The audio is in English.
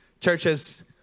Churches